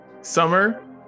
summer